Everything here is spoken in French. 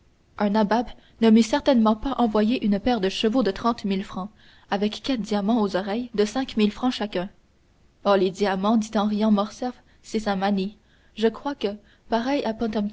nabab ne m'eût certainement pas envoyé une paire de chevaux de trente mille francs avec quatre diamants aux oreilles de cinq mille francs chacun oh les diamants dit en riant morcerf c'est sa manie je crois que pareil